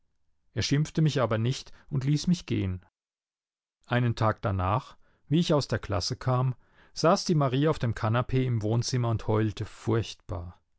er schimpfte mich aber nicht und ließ mich gehen einen tag danach wie ich aus der klasse kam saß die marie auf dem kanapee im wohnzimmer und heulte furchtbar